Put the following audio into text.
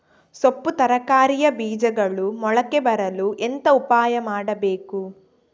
ಸೊಪ್ಪು ತರಕಾರಿಯ ಬೀಜಗಳು ಮೊಳಕೆ ಬರಲು ಎಂತ ಉಪಾಯ ಮಾಡಬೇಕು?